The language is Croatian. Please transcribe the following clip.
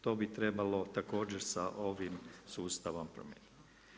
To bi trebalo također sa ovim sustavom promijeniti.